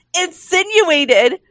insinuated